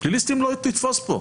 פליליסטים לא תתפוס פה.